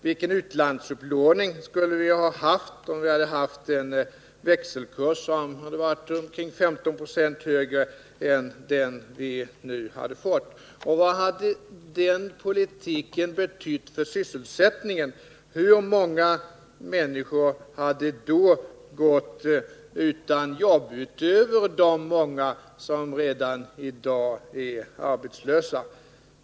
Vilken utlandsupplåning skulle vi ha haft, om vi hade haft en ungefär 15 96 högre växelkurs än den som vi nu fått, och vad hade den politiken betytt för sysselsättningen? Hur många människor hade då gått utan jobb utöver de många som redan i dag är arbetslösa?